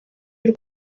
y’u